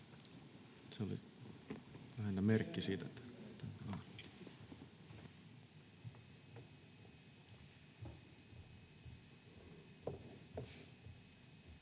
Se oli lähinnä merkki siitä,